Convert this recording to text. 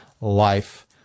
life